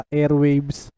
airwaves